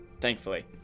thankfully